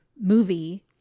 movie